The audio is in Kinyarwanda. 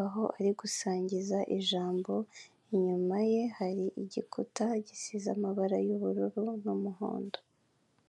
aho ari gusangiza ijambo, inyuma ye hari igikuta agisize amabara y'ubururu n'umuhondo.